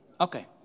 Okay